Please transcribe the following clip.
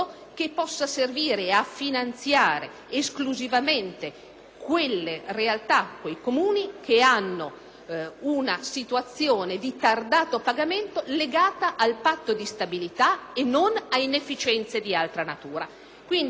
quelle realtà e quei Comuni che abbiano una situazione di tardato pagamento legata al patto di stabilità e non ad inefficienze di altra natura. La proposta è articolata, sostenibile